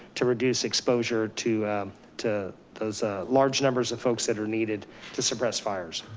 to reduce exposure to to those large numbers of folks that are needed to suppress fires.